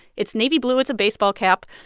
it's navy blue. it's a baseball cap.